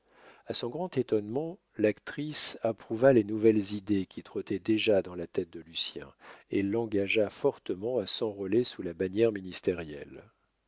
a son grand étonnement l'actrice approuva les nouvelles idées qui trottaient déjà dans la tête de lucien et l'engagea fortement à s'enrôler sous la bannière ministérielle